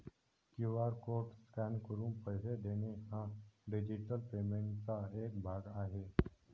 QR code scan करून पैसे देणे हा डिजिटल पेमेंटचा एक भाग आहे